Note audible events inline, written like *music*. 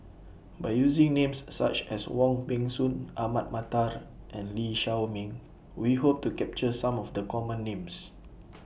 By using Names such as Wong Peng Soon Ahmad Mattar *noise* and Lee Shao Meng We Hope to capture Some of The Common Names *noise*